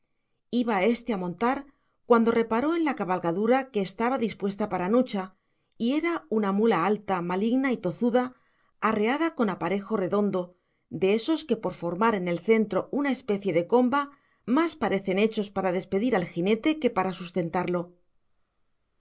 iba éste a montar cuando reparó en la cabalgadura que estaba dispuesta para nucha y era una mula alta maligna y tozuda arreada con aparejo redondo de esos que por formar en el centro una especie de comba más parecen hechos para despedir al jinete que para sustentarlo